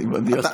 אני מניח,